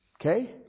Okay